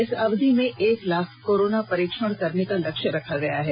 इस अवधि में एक लाख कोरोना परीक्षण करने का लक्ष्य रखा गया है